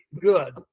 good